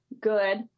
good